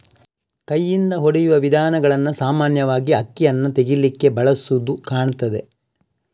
ಕೈಯಿಂದ ಹೊಡೆಯುವ ವಿಧಾನಗಳನ್ನ ಸಾಮಾನ್ಯವಾಗಿ ಅಕ್ಕಿಯನ್ನ ತೆಗೀಲಿಕ್ಕೆ ಬಳಸುದು ಕಾಣ್ತದೆ